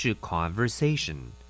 Conversation